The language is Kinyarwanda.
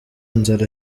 nzara